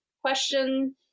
question